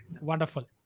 Wonderful